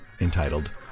entitled